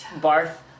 Barth